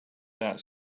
that